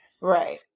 right